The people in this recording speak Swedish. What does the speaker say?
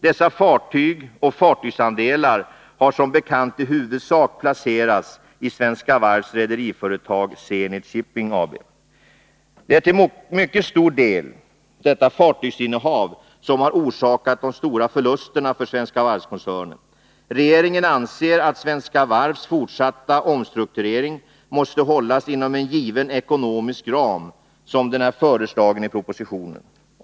Dessa fartyg och fartygsandelar har som bekant i huvudsak placerats i Svenska Varvs rederiföretag Zenit Shipping AB Det är till mycket stor del detta fartygsinnehav som har orsakat de stora förlusterna för Svenska Varv-koncernen. Regeringen anser att Svenska Varvs fortsatta omstrukturering måste hållas inom en given ekonomisk ram, så som den är föreslagen i propositionen.